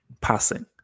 passing